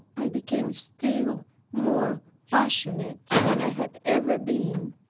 i became still more passionate than i had ever been,